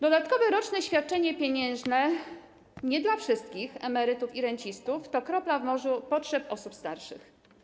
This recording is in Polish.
Dodatkowe roczne świadczenie pieniężne nie dla wszystkich emerytów i rencistów to kropla w morzu potrzeb osób starszych.